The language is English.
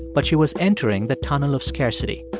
but she was entering the tunnel of scarcity.